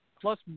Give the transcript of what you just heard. plus